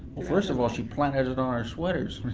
well first of all, she put it on our sweaters.